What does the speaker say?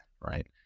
right